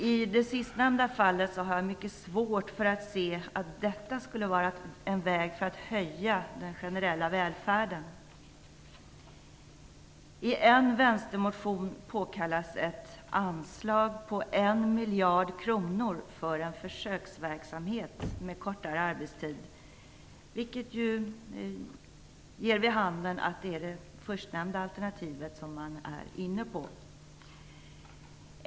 Jag har svårt att se att det sistnämnda fallet skulle representera en väg för att höja den generella välfärden. I en vänstermotion påkallas ett anslag om 1 miljard kronor för en försöksverksamhet med kortare arbetstid, vilket ger vid handen att det är det förstnämnda alternativet som man har i åtanke.